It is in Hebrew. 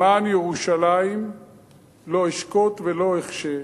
למען ירושלים לא אשקוט ולא אחשה,